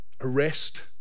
arrest